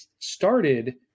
started